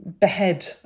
behead